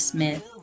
Smith